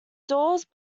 doors